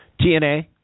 TNA